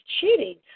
cheating